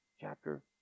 chapter